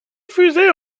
diffusée